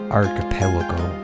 archipelago